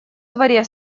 дворе